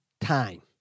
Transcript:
time